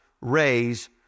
raise